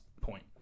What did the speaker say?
point